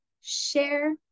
share